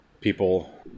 people